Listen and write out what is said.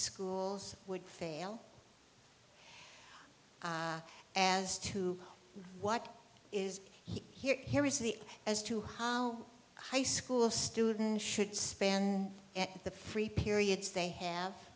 schools would fail as to what is here here is the as to how high school student should spend the free periods they have